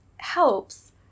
helps